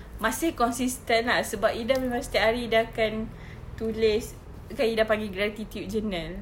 must stay consistent ah sebab ida memang setiap hari ida akan tulis kan ida panggil gratitude journal